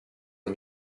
les